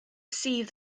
sydd